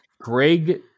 Greg